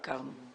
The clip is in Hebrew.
ביקרנו.